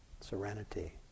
serenity